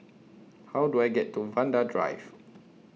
How Do I get to Vanda Drive